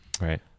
Right